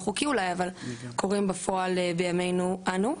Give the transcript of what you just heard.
חוקי אולי אבל קורים בפועל בימינו אנו.